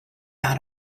out